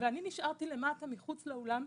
ואני נשארתי למטה מחוץ לאולם.